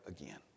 again